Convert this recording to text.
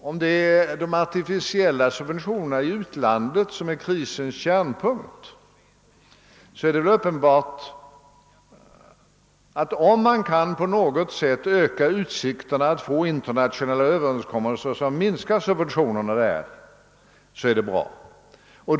Om det är de artificiella subventionerna i utlandet som är krisernas kärnpunkt är det väl uppenbart, att det är bra, omman kan på något sätt öka utsikterna att få till stånd internationella överenskommelser..om att minska subventionerna i utlandet.